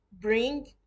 bring